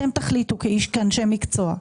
אתם תחליטו כאנשי מקצוע.